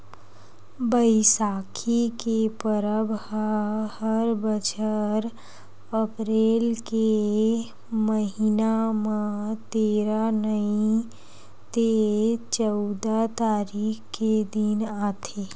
बइसाखी के परब ह हर बछर अपरेल के महिना म तेरा नइ ते चउदा तारीख के दिन आथे